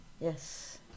Yes